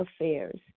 affairs